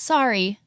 Sorry